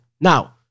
Now